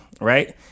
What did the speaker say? right